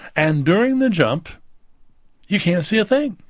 and during the jump you can't see a thing.